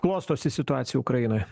klostosi situacija ukrainoje